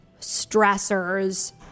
stressors